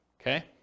Okay